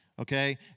okay